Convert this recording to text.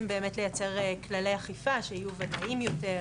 באמת לייצר כללי אכיפה שיהיו ודאיים יותר,